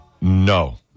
No